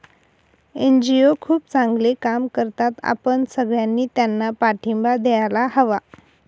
NGO खूप चांगले काम करतात, आपण सगळ्यांनी त्यांना पाठिंबा द्यायला हवा